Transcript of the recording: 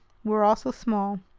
were also small.